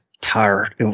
tired